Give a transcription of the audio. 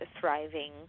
thriving